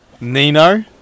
Nino